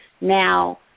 Now